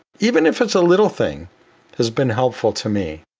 even if it's a little thing has been helpful to me.